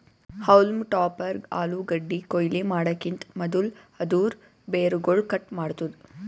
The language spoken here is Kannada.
ಹೌಲ್ಮ್ ಟಾಪರ್ ಆಲೂಗಡ್ಡಿ ಕೊಯ್ಲಿ ಮಾಡಕಿಂತ್ ಮದುಲ್ ಅದೂರ್ ಬೇರುಗೊಳ್ ಕಟ್ ಮಾಡ್ತುದ್